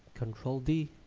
control d